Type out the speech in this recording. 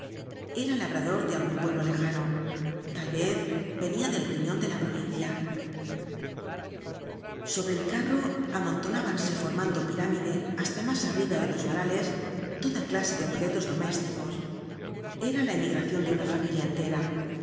ciudad era labrador de algún pue blo lejano tal vez venía del riñon de la provincia sobre el carro amontonábanse formando pirámide hasta más arriba de los varales toda clase de objetos domésticos era la emigra ción de una familia entera